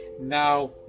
Now